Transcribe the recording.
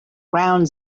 ground